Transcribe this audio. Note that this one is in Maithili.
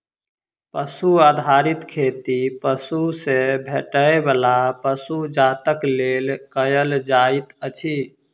पशु आधारित खेती पशु सॅ भेटैयबला वस्तु जातक लेल कयल जाइत अछि